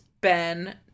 Ben